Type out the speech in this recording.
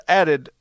added